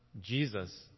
Jesus